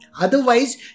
Otherwise